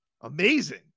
Amazing